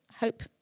Hope